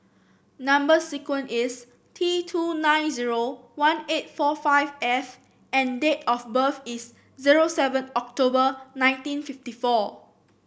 number sequence is T two nine zero one eight four five F and date of birth is zero seven October nineteen fifty four